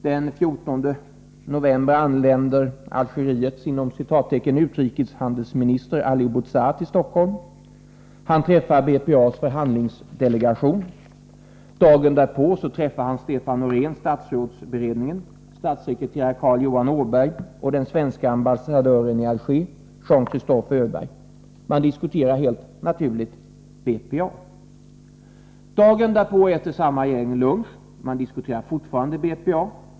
Den 14 november anländer Algeriets ”utrikeshandelsminister” Ali Oubouzar till Stockholm. Han träffar BPA:s förhandlingsdelegation. Dagen därpå träffar han Stefan Norén, statsrådsberedningen, statssekreterare Carl Johan Åberg och den svenske ambassadören i Alger, Jean-Christophe Öberg. Man diskuterar helt naturligt BPA. Dagen därpå äter samma gäng lunch. Man diskuterar fortfarande BPA.